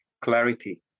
clarity